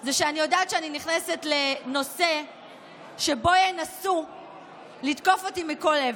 זה שאני יודעת שאני נכנסת לנושא שבו ינסו לתקוף אותי מכל עבר,